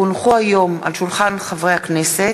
כי הונחו היום על שולחן הכנסת,